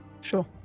Sure